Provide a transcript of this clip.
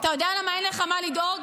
אתה יודע למה אין לך למה לדאוג?